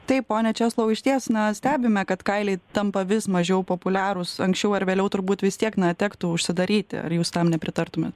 taip pone česlovai išties na stebime kad kailiai tampa vis mažiau populiarūs anksčiau ar vėliau turbūt vis tiek tektų užsidaryti ar jūs tam nepritartumėt